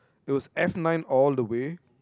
those F-nine all the way